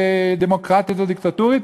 דמוקרטית או דיקטטורית,